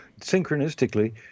synchronistically